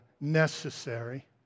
necessary